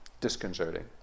Disconcerting